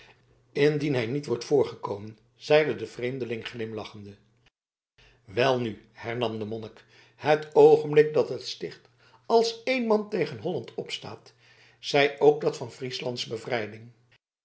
indien hij niet wordt voorgekomen zeide de vreemdeling glimlachende welnu hernam de monnik het oogenblik dat het sticht als één man tegen holland opstaat zij ook dat van frieslands bevrijding